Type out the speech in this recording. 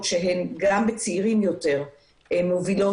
שזה דבר שקיים בווירוסים אבל אף אחד מאתנו